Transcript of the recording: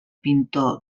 pintor